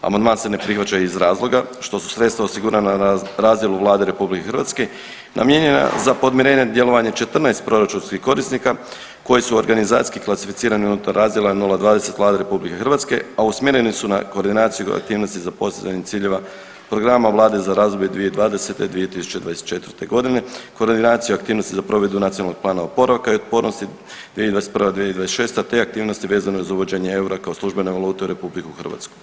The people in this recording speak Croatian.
Amandman se ne prihvaća iz razloga što su sredstva osigurana na razdjelu Vlade RH namijenjena za podmirenje djelovanja 14 proračunskih korisnika koji su organizacijski klasificirani unutar razdjela 0.20 Vlade RH, a usmjereni su na koordinaciju aktivnosti za postizanje ciljeva programa vlade za razdoblje 2020.-2024.g. koordinacija aktivnosti za provedbu NPOO-a 2021.-2026. te aktivnosti vezane za uvođenje eura kao službene valute u RH.